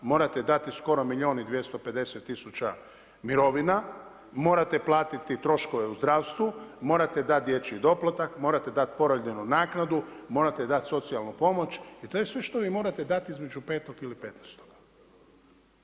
Morate dati skoro milijun i 250 tisuća mirovina, morate platiti troškove u zdravstvu, morate dati dječji doplatak, morate dati porodiljnu naknadu, morate dati socijalnu pomoć i to je sve što vi morate dati između 5.-og ili 15.-oga.